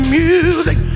music